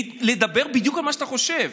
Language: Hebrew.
לדבר בדיוק על מה שאתה חושב.